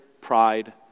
pride